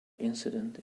incident